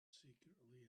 secretly